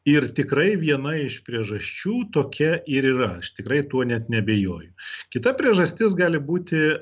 ir tikrai viena iš priežasčių tokia ir yra aš tikrai tuo net neabejoju kita priežastis gali būti